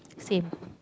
same